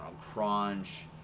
Crunch